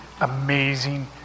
amazing